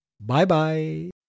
Bye-bye